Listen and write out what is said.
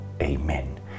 Amen